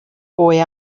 boy